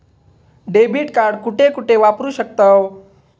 Debit card कुठे कुठे वापरू शकतव?